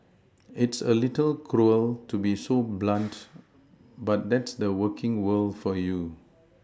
it's a little cruel to be so blunt but that's the working world for you